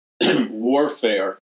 warfare